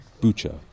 Bucha